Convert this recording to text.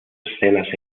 escenas